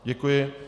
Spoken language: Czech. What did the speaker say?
Děkuji.